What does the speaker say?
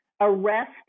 arrest